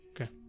Okay